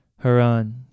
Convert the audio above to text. Haran